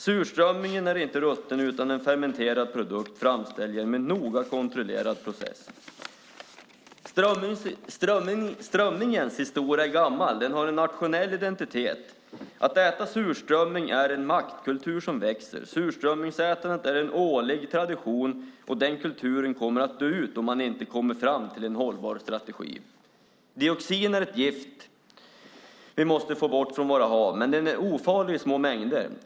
Surströmmingen är alltså inte rutten utan en fermenterad produkt framställd genom en noga kontrollerad process. Strömmingens historia är gammal. Den har en nationell identitet. Att äta surströmming är en matkultur som växer. Surströmmingsätandet är en årlig tradition, och den kulturen kommer att dö ut om man inte kommer fram till en hållbar strategi. Dioxin är ett gift som vi måste få bort från våra hav, men det är ofarligt i små mängder.